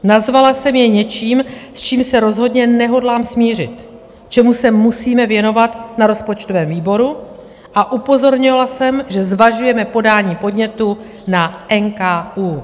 Nazvala jsem je něčím, s čím se rozhodně nehodlám smířit, čemu se musíme věnovat na rozpočtovém výboru, a upozornila jsem, že zvažujeme podání podnětu na NKÚ.